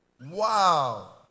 Wow